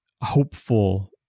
hopeful